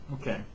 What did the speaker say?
Okay